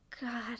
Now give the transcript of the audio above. god